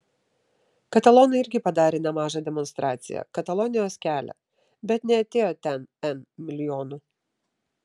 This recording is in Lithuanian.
katalonai irgi padarė nemažą demonstraciją katalonijos kelią bet neatėjo ten n milijonų